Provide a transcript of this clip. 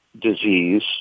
disease